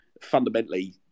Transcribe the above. fundamentally